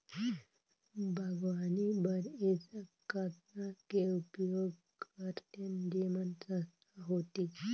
बागवानी बर ऐसा कतना के उपयोग करतेन जेमन सस्ता होतीस?